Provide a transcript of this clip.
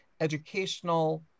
educational